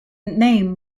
name